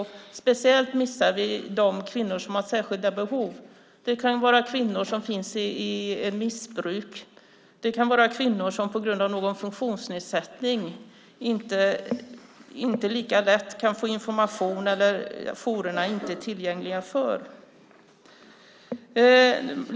Speciellt missar man de kvinnor som har särskilda behov. Det kan vara kvinnor som är missbrukare. Det kan vara kvinnor som på grund av någon funktionsnedsättning inte lika lätt kan få information eller som jourerna inte är tillgängliga för.